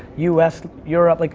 u s, europe, like